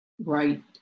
right